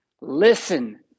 Listen